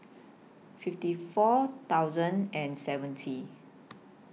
fifty four thousand and seventy